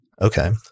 Okay